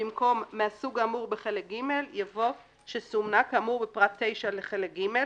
במקום "מהסוג האמור בחלק ג'" יבוא "שסומנה כאמור בפרט 9 לחלק ג'"